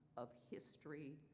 of history,